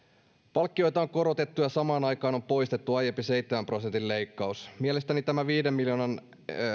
palkkioita on korotettu ja samaan aikaan on poistettu aiempi seitsemän prosentin leikkaus mielestäni tämä viiden miljoonan